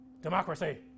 democracy